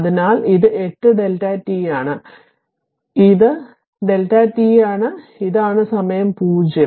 അതിനാൽ ഇത് 8 Δ t ആണ് അതിനാൽ ഇത് Δ t ആണ് അതിനാൽ ഇതാണ് സമയം 0